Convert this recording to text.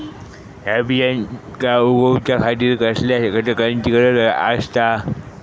हया बियांक उगौच्या खातिर कसल्या घटकांची गरज आसता?